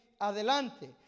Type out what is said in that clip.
adelante